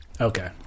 Okay